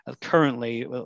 currently